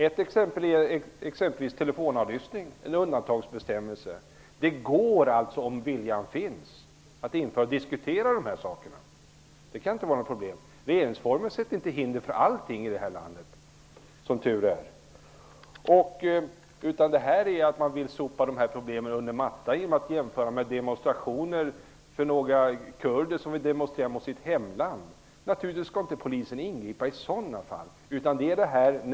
Ett exempel är den undantagsbestämmelse som gäller telefonavlyssning. Det går att diskutera dessa frågor om viljan finns. Det kan inte vara något problem. Regeringsformen sätter som tur är inte hinder i vägen för allting i det här landet. Man vill sopa problemen under mattan genom att tala om kurder som vill demonstrera mot sitt hemland. Polisen skall naturligtvis inte ingripa i sådana fall.